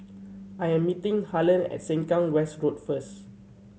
I am meeting Harland at Sengkang West Road first